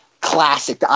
classic